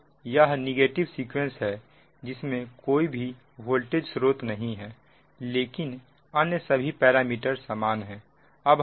तो यह negative sequence है जिसमें कोई भी वोल्टेज स्रोत नहीं है लेकिन अन्य सभी पैरामीटर समान है